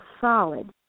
solid